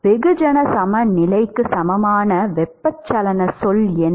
வெகுஜன சமநிலைக்கு சமமான வெப்பச்சலனச் சொல் என்ன